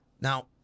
Now